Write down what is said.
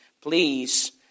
please